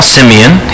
Simeon